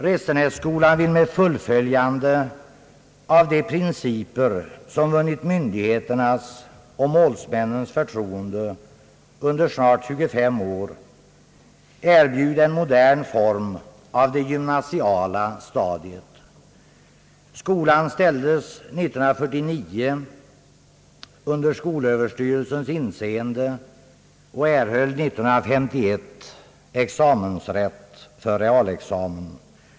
Restenässkolan vill med fullföljande av de principer som vunnit myndigheternas och målsmännens förtroende under snart 25 år erbjuda en modern form av det gymnasiala stadiet. Skolan ställdes 1949 under skolöverstyrelsens överinseende och erhöll 1951 examensrätt för realexamen.